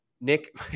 Nick